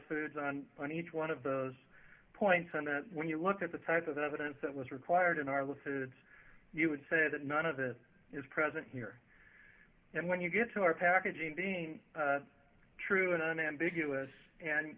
foods on on each one of those points and then when you look at the type of evidence that was required in our lives and you would say that none of it is present here and when you get to our packaging being true and unambiguous and